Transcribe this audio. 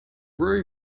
roy